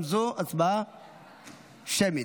גם זו ההצבעה שמית.